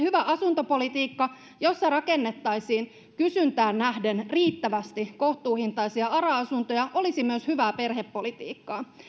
hyvä asuntopolitiikka jossa rakennettaisiin kysyntään nähden riittävästi kohtuuhintaisia ara asuntoja olisi myös hyvää perhepolitiikkaa